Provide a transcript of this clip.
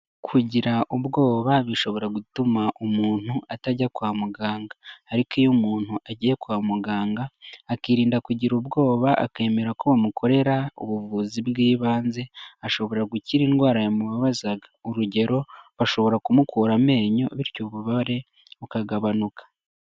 Kugira ubwoba bishobora gutuma umuntu atajya kwa muganga ariko iyo umuntu agiye kwa muganga akirinda kugira ubwoba akemera ko bamukorera ubuvuzi bw'ibanze ashobora gukira indwara yamubabazaga urugero bashobora kumukura amenyo bityo ububabare bukagabanuka.